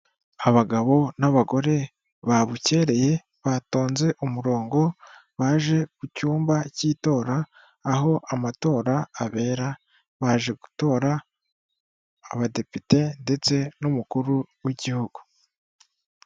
Abagabo n'abagore babukereye batonze umurongo baje ku cyumba cy'itora aho amatora abera, baje gutora abadepite ndetse n'umukuru w'igihugu.